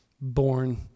born